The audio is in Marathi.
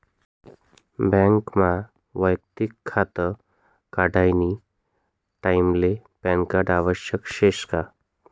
बँकमा वैयक्तिक खातं काढानी टाईमले पॅनकार्ड आवश्यक शे का?